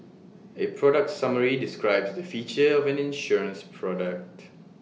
A product summary describes the features of an insurance product